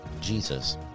Jesus